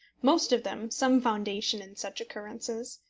most of them, some foundation in such occurrences.